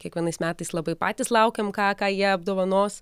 kiekvienais metais labai patys laukiam ką ką jie apdovanos